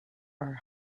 are